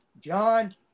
John